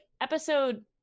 episode